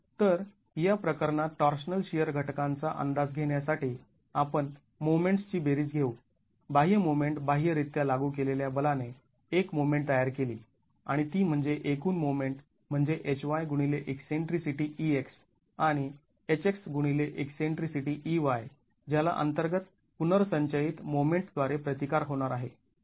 तर या प्रकरणात टॉर्शनल शिअर घटकांचा अंदाज घेण्यासाठी आपण मोमेंट्स् ची बेरीज घेऊ बाह्य मोमेंट बाह्य रित्या लागू केलेल्या बलाने एक मोमेंट तयार केली आणि ती म्हणजे एकूण मोमेंट म्हणजे Hy गुणिले ईकसेंट्रीसिटी ex आणि Hx गुणिले ईकसेंट्रीसिटी ey ज्याला अंतर्गत पुनर्संचयित मोमेंट द्वारे प्रतिकार होणार आहे